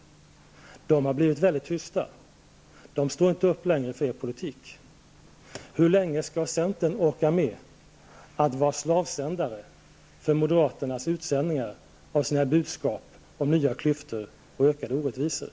De har blivit väldigt tysta -- de står inte upp längre för er politik. Hur länge skall centern orka med att vara slavsändare för moderaternas utsändningar av sina budskap om nya klyftor och ökade orättvisor?